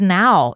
now